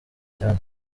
cyane